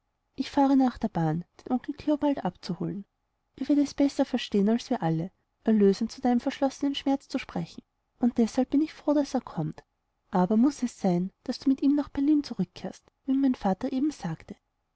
ich fahre nach der bahn den onkel theobald abzuholen er wird es besser verstehen als wir alle erlösend zu deinem verschlossenen schmerz zu sprechen und deshalb bin ich froh daß er kommt aber muß es sein daß du mit ihm nach berlin zurückkehrst wie mir mein vater eben sagte